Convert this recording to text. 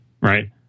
right